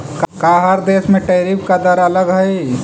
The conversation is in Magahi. का हर देश में टैरिफ का दर अलग हई